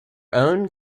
own